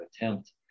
attempt